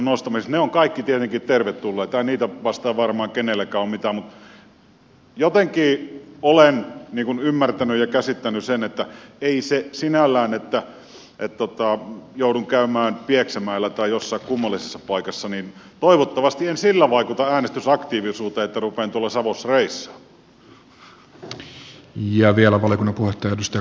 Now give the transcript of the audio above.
ne ovat kaikki tietenkin tervetulleita ei niitä vastaan varmaan kenelläkään ole mitään mutta jotenkin olen ymmärtänyt ja käsittänyt että sinällään jos joudun käymään pieksämäellä tai jossain kummallisessa paikassa niin toivottavasti en sillä vaikuta äänestysaktiivisuuteen että rupean tuolla savossa reissaamaan